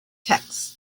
texts